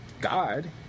god